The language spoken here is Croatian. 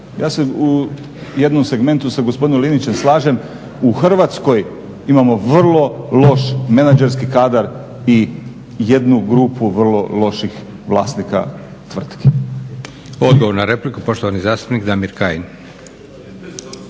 Ja se u jednom segmentu sa gospodinom Linićem slažem. U Hrvatskoj imamo vrlo loš menadžerski kadar i jednu grupu vrlo loših vlasnika tvrtki. **Leko, Josip (SDP)** Odgovor na repliku, poštovani zastupnik Damir Kajin.